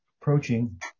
approaching